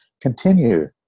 continue